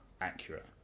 accurate